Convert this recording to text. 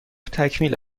تکمیل